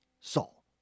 Saul